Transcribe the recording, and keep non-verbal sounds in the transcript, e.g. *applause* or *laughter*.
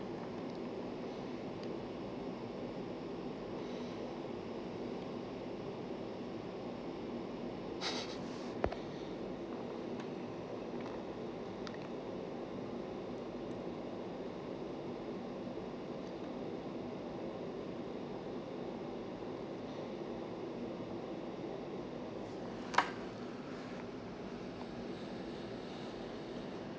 *breath* *laughs* *breath*